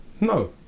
No